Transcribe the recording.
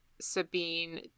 Sabine